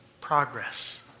progress